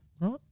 Right